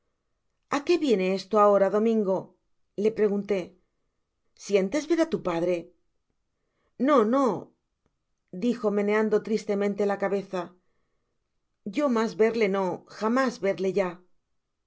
a qué viene sto ahora domingo le pregunté áientes ver á tu padre tno no dijo meneando tristemente la cabeza jo masverle no jamás verle yalr